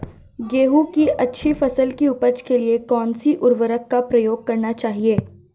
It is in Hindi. गेहूँ की अच्छी फसल की उपज के लिए कौनसी उर्वरक का प्रयोग करना चाहिए?